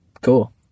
Cool